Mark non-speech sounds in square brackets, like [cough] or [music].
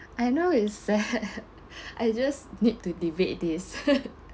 I know it's sad [laughs] I just need to debate this [laughs]